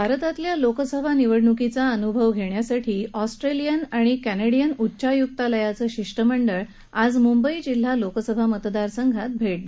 भारतातील लोकसभा निवडणुकीचा अनुभव घेण्यासाठी ऑस्ट्रेलियन आणि कॅनडियन उच्चायुकालयाचं शिष्टमंडळ आज मुंबई जिल्हा लोकसभा मतदारसंघात पाहणी करायला येत आहे